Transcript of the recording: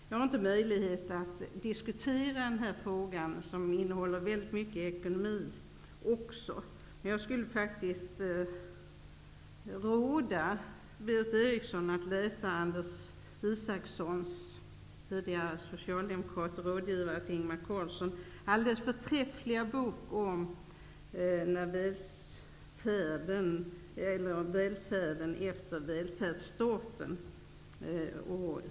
Jag har inte möjlighet att diskutera denna fråga, som också innehåller mycket av ekonomi, men jag skulle faktiskt råda Berith Eriksson att läsa Anders Isakssons -- tidigare socialdemokrat och rådgivare till Ingvar Carlsson -- alldeles förträffliga bok om välfärden efter välfärdsstaten.